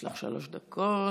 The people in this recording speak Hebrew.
יש לך שלוש דקות.